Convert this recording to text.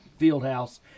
Fieldhouse